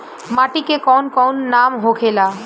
माटी के कौन कौन नाम होखेला?